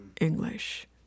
English